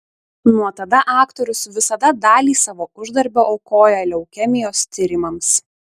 nuo tada aktorius visada dalį savo uždarbio aukoja leukemijos tyrimams